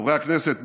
חברי הכנסת,